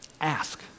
ask